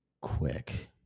quick